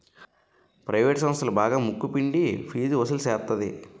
private సంస్థలు బాగా ముక్కు పిండి ఫీజు వసులు సేత్తది